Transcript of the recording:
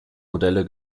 modelle